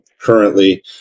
currently